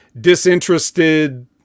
disinterested